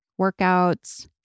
workouts